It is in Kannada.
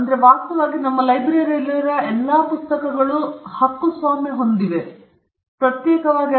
ವಾಸ್ತವವಾಗಿ ನಮ್ಮ ಲೈಬ್ರರಿಯಲ್ಲಿರುವ ಎಲ್ಲಾ ಪುಸ್ತಕಗಳು ಕೇವಲ ಹಕ್ಕುಸ್ವಾಮ್ಯದ ಟಿಪ್ಪಣಿ ಮಾತ್ರವೇ ಆಗಿದೆ ಪ್ರತ್ಯೇಕವಾಗಿ ನೋಂದಾಯಿಸಲು ಅಗತ್ಯವಿಲ್ಲ